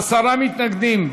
עשרה מתנגדים,